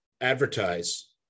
advertise